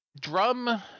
drum